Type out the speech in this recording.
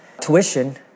tuition